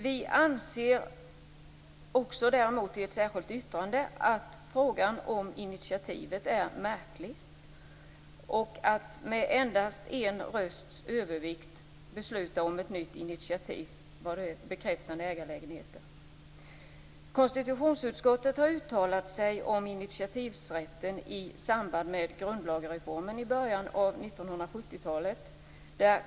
Vi anser däremot i ett särskilt yttrande att frågan om initiativet är märklig - att med endast en rösts övervikt besluta om ett nytt initiativ beträffande ägarlägenheter. Konstitutionsutskottet har uttalat sig om initiativrätt i samband med grundlagsreformen i början av 1970-talet.